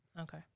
Okay